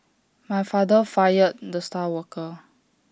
my father fired the star worker